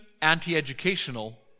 anti-educational